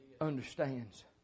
understands